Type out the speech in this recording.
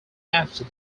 after